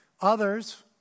Others